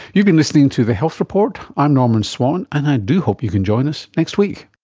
you've been listening to the health report, i'm norman swan and i do hope you can join us next week